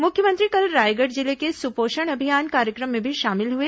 मुख्यमंत्री कल रायगढ़ जिले के सुपोषण अभियान कार्यक्रम में भी शामिल हुए